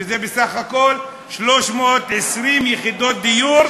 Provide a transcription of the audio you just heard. שזה בסך הכול 320 יחידות דיור,